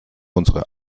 unsere